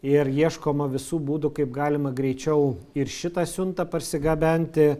ir ieškoma visų būdų kaip galima greičiau ir šitą siuntą parsigabenti